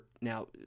Now